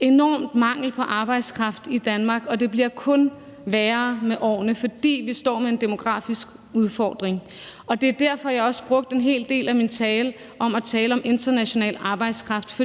enorm mangel på arbejdskraft i Danmark, og det bliver kun værre med årene, fordi vi står med en demografisk udfordring. Det er også derfor, at jeg brugte en del af min tale på at tale om international arbejdskraft. For